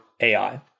AI